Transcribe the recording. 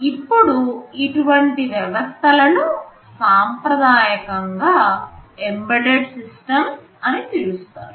ఇప్పుడు ఇటువంటి పరికరాలను సాంప్రదాయకం గా ఎంబెడెడ్ సిస్టమ్స్ అని పిలుస్తారు